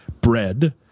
bread